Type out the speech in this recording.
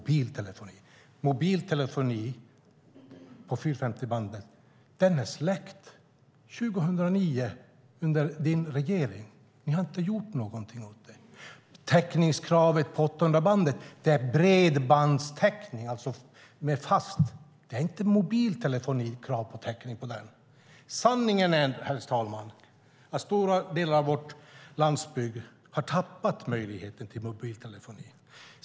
Mobiltelefoni på 450-bandet släcktes 2009 under din regerings tid. Ni har inte gjort någonting åt det. Täckningskravet på 800-bandet gäller bredbandstäckning för fast telefoni. Det är inte krav på mobiltelefonitäckning på det. Herr talman! Sanningen är att stora delar av vår landsbygd har förlorat möjligheten till mobiltelefoni.